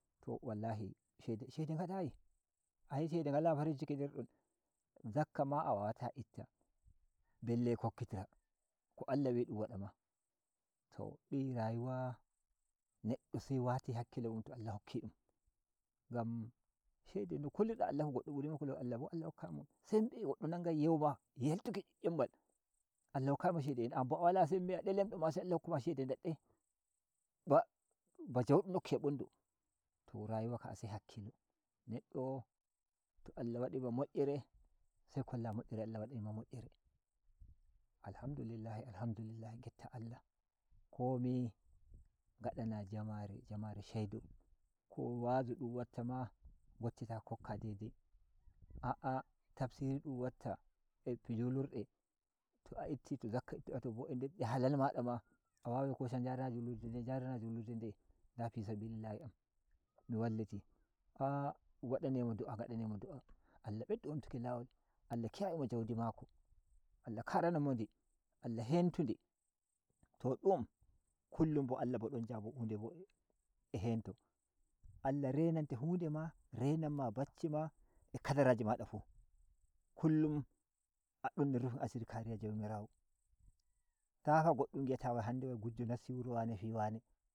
To wallahi shede ngadayi ai shede ngale farinciki nder don zakka ma a wawata itta belle kokkitira ko Allah wi dun wada ma to di’i rayuwa neddo se wati hakkilo mun to Allah hokki dum ngam shede no kulilda Allah fn goddo buri ma kulol Allah bo Allah hokkayi mo sembe goddo nangai yewu ma heltuki ymbal Allah hoklayi mo shede den ambo a wala sembe a delemdo ma se Allah hokkuma shede ndadde ba jando nokki a bundu to reyuwa ka se hakkilo neddo to Allah wadi ba moyyere se kola moyyere Allah wadari ma moyyere se kola myyere Allah wadari ma moyyere Alhamdulillahi Alhamdulillahi getta Allah komi ngadana jamare jamare shaido ko wazu dun watta ma goccita kokka dai dai a’a tafsiri dun watta a julurde to a itti to zakka iftu da to bo a nder de halal mada ma a wawai kosha njara julurde nde njarana julur de nde nda fisabilillahi am ni walliti ah dum wadana mo do’a nga da ne mo do’a Allah beddu omtuki lawol Allah kiyayono mo jandi mako Allah karo ndi Allah hentu ndi to du’um kullum Allah bo don jabo hu nde bo a hento Allah renante hu nde ma renan ma bacci ma a kadaraji mada fu kuum adon nder rufin asiri kariya jomirawo tafa goddum ngita gujjo nasti wuro wane ti wane.